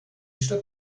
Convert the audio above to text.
stadt